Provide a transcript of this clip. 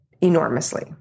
enormously